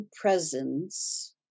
presence